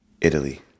Italy